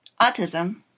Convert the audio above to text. autism